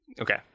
Okay